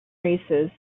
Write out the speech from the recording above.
races